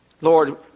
Lord